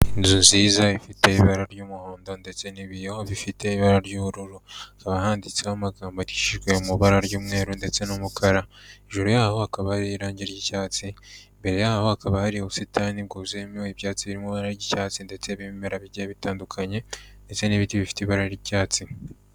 Inzu nziza ifite ibara ry'umuhondo ndetse n'ibiriho bifite ibara ry'ubururu, hakaba handitseho amagambo yandikishijwe mu ibara ry'umweru ndetse n'umukara, hejuru yaho hakaba hariho irangi ry'icyatsi, imbere yaho hakaba hari ubusitani bwuzuyemo ibyatsi biri mu ibara ry'icyatsi ndetse n'ibimera bigiye bitandukanye, ndetse n'ibiti bifite ibara ry'icyatsi.